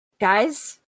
Guys